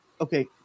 okay